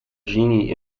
genie